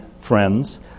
friends